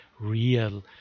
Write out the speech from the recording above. real